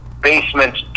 basement